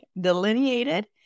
delineated